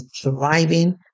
thriving